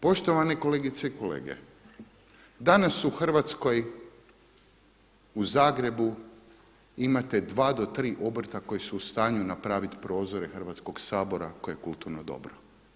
Poštovane kolegice i kolege, danas u Hrvatskoj, u Zagrebu imate dva do tri obrta koji su u stanju napraviti prozore Hrvatskog sabora koje je kulturno dobro.